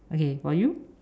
okay for you